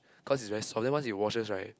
cause it's very soft then once you washes right